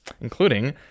Including